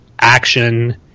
action